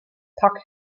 puck